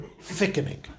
thickening